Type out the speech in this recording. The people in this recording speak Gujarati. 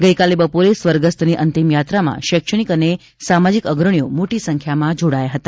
ગઇકાલે બપોરે સ્વર્ગસ્થની અંતિમયાત્રામાં શૈક્ષણિક અને સામાજિક અગ્રણીઓ મોટી સંખ્યામાં જોડાયા હતા